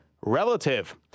relative